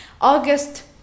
august